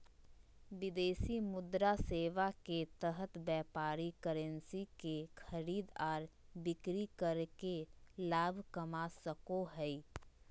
विदेशी मुद्रा सेवा के तहत व्यापारी करेंसी के खरीद आर बिक्री करके लाभ कमा सको हय